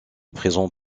présent